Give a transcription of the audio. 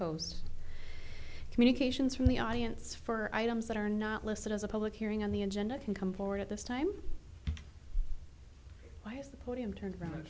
host communications from the audience for items that are not listed as a public hearing on the agenda can come forward at this time by as the podium turns around